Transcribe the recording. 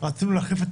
רצינו להחליף את